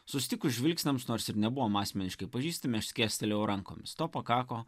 susitikus žvilgsniams nors ir nebuvom asmeniškai pažįstami aš skėstelėjau rankomis to pakako